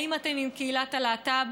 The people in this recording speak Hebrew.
האם אתם עם קהילת הלהט"ב,